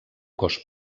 cos